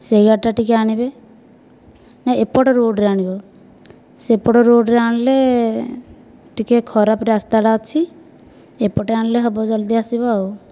ସେଇ ଅଟୋ ଟିକେ ଆଣିବେ ନାଇ ଏପଟ ରୋଡ଼ ରେ ଆଣିବ ସେପଟ ରୋଡ଼ ରେ ଆଣିଲେ ଟିକେ ଖରାପ ରାସ୍ତା ଟା ଅଛି ଏପଟେ ଆଣିଲେ ହବ ଜଲ୍ଦି ଆସିବ ଆଉ